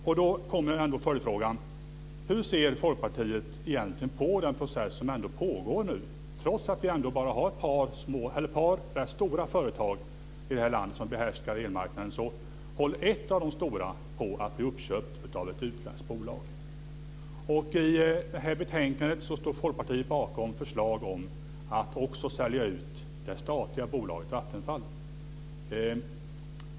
Därför blir min följdfråga: Hur ser Folkpartiet egentligen på den process som nu pågår? Trots att det i vårt land finns bara ett par rätt stora företag som behärskar elmarknaden håller ett av de stora företagen på att bli uppköpt av ett utländskt bolag. I betänkandet står Folkpartiet bakom förslag om att också sälja ut det statliga bolaget Vattenfall.